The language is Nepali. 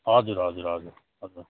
हजुर हजुर हजुर